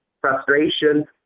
frustration